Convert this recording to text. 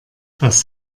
das